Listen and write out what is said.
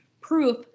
proof